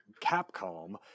Capcom